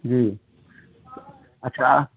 جی اچھا